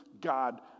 God